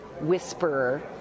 Whisperer